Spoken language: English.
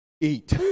Eat